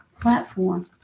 platform